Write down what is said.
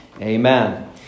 Amen